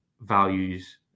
values